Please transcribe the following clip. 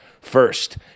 First